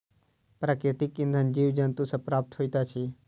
प्राकृतिक इंधन जीव जन्तु सॅ प्राप्त होइत अछि